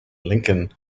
lincoln